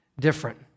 different